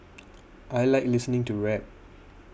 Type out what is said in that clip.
I like listening to rap